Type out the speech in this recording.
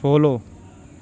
follow